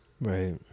right